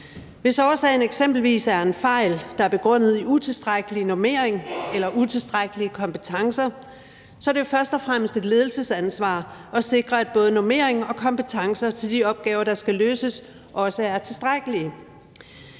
Hvis årsagen eksempelvis er en fejl, der er begrundet i tilstrækkelig normering eller utilstrækkelige kompetencer, er det jo først og fremmest et ledelsesansvar at sikre, at både normering og kompetencer til de opgaver, der skal løses, er tilstrækkelige.